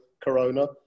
Corona